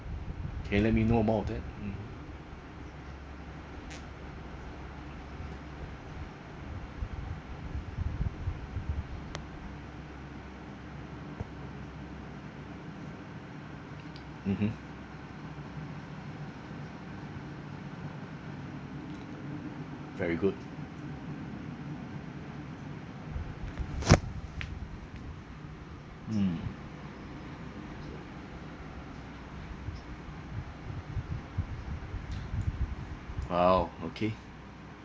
can you let me know more of that mm mmhmm very good mm oh okay